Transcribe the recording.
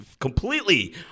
completely